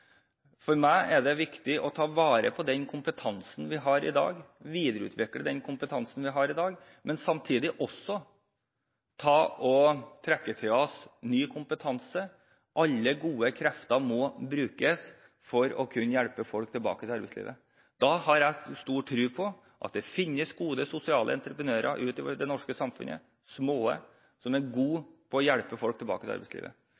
For meg er det viktig å ta vare på og videreutvikle den kompetansen vi har i dag, men samtidig også trekke til oss ny kompetanse. Alle gode krefter må brukes for å hjelpe folk tilbake til arbeidslivet. Da har jeg stor tro på at det finnes små, gode sosiale entreprenører ute i det norske samfunnet som er gode på å hjelpe folk tilbake til arbeidslivet